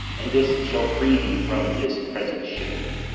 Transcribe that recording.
and this shall free thee from this present shame,